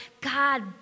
God